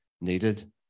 needed